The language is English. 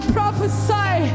prophesy